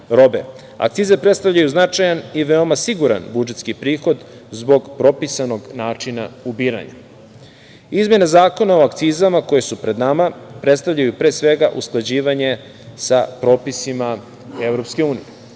Akcize predstavljaju značajan i veoma siguran budžetski prihod zbog propisanog načina ubiranja. Izmene zakona o akcizama koje su pred nama predstavljaju usklađivanje sa propisima EU.